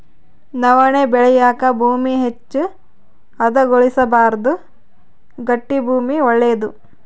ನವಣೆ ಬೆಳೆಯಾಕ ಭೂಮಿ ಹೆಚ್ಚು ಹದಗೊಳಿಸಬಾರ್ದು ಗಟ್ಟಿ ಭೂಮಿ ಒಳ್ಳೇದು